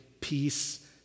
peace